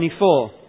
24